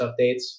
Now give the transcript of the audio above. updates